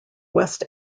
west